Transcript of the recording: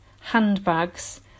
handbags